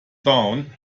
down